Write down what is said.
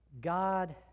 God